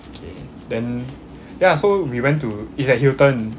then ya so we went to it's at Hilton